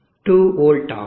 2 volt ஆகும்